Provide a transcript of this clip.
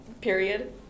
period